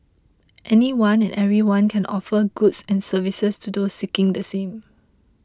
anyone and everyone can offer goods and services to those seeking the same